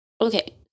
Okay